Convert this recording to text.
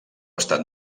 estat